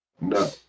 no